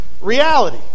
reality